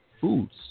foods